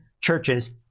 churches